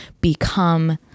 become